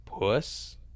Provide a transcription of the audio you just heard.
Puss